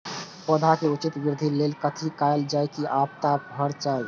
पौधा के उचित वृद्धि के लेल कथि कायल जाओ की आपदा में बचल रहे?